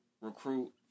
recruit